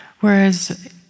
Whereas